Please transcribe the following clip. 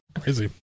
Crazy